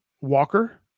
Walker